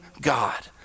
God